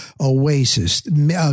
oasis